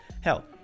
hell